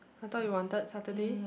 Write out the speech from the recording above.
I thought you wanted Saturday